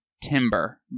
timber